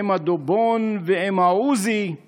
עם הדובון ועם העוזי /